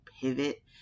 pivot